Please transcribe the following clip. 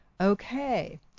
Okay